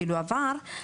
אפילו לפני,